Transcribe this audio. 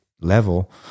level